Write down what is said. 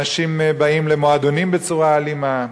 אנשים באים למועדונים בצורה אלימה,